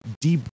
deep